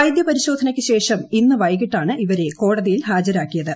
വൈദ്യപരിശോധനയ്ക്ക് ശേഷം ഇന്ന് വൈകിട്ടാണ് ഇവരെ കോടതിയിൽ ഹാജരാക്കിയത്